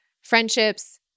friendships